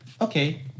okay